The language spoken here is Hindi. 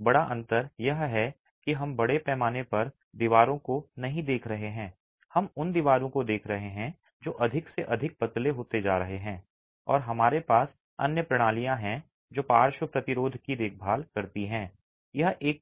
बड़ा अंतर यह है कि हम बड़े पैमाने पर दीवारों को नहीं देख रहे हैं हम उन दीवारों को देख रहे हैं जो अधिक से अधिक पतले होते जा रहे हैं और हमारे पास अन्य प्रणालियां हैं जो पार्श्व प्रतिरोध की देखभाल करती हैं यह कि